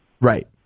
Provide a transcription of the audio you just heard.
Right